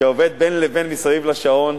שעובד בין לבין סביב השעון,